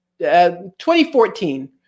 2014